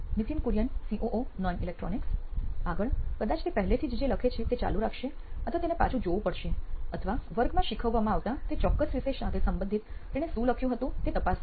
Nithin Kurian COO નોઇન electronics આગળ કદાચ તે પહેલેથી જ જે લખે છે તે ચાલુ રાખશે અથવા તેને પાછું જોવું પડશે અથવા વર્ગમાં શીખવવામાં આવતા તે ચોક્કસ વિષય સાથે સંબંધિત તેણે શું લખ્યું હતું તે તપાસશે